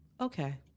Okay